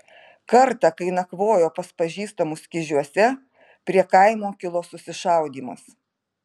kartą kai nakvojo pas pažįstamus kižiuose prie kaimo kilo susišaudymas